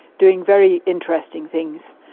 doing very interesting things,